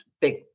big